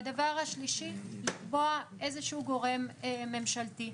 והדבר השלישי, לקבוע איזשהו גורם ממשלתי,